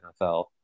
NFL